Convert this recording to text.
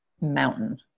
mountain